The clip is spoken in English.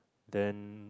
then